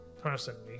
personally